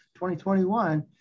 2021